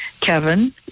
Kevin